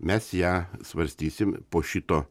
mes ją svarstysim po šito